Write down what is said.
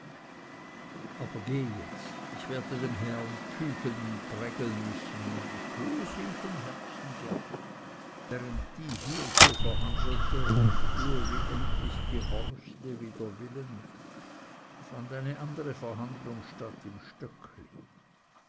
aber gehe jetzt ich werde dem herrn kücheln und brägeln müssen und ich tue es ihm von herzen gern während die hier so verhandelten und uli endlich gehorchte wider willen fand eine andere verhandlung statt im stöckli